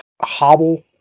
hobble